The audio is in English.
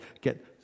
get